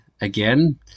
again